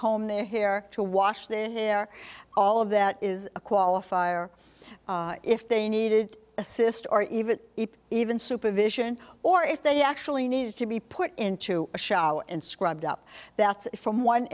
comb their hair to wash their hair all of that is a qualifier if they needed assist or even even supervision or if they actually needed to be put into a shower and scrubbed up that's from one